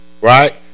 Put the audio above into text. Right